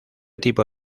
tipo